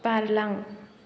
बारलां